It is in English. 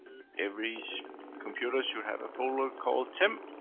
every computer should have a folder called temp.